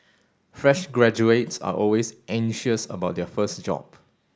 fresh graduates are always anxious about their first job